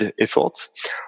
efforts